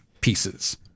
pieces